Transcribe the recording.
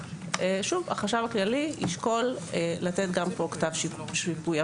החשב הכללי ישקול לתת גם פה כתב שיפוי.